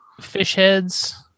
Fishheads